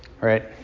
Right